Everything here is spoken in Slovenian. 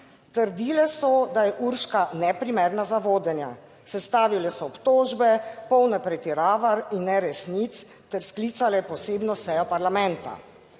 Trdile so, da je Urška neprimerna za vodenje, sestavile so obtožbe, polne pretiravanj in neresnic ter sklicale posebno sejo parlamenta.